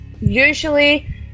usually